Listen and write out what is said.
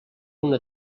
una